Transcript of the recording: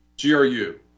gru